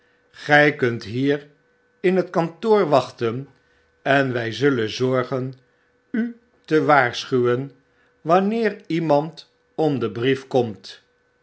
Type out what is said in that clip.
gy kunt hier in het kantoor wachten en wy zullen zorgen u te warschuwen wanneer iemand om den brief komt